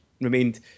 remained